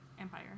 Empire